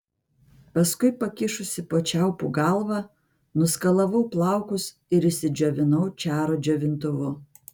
paskui pakišusi po čiaupu galvą nuskalavau plaukus ir išsidžiovinau čaro džiovintuvu